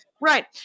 Right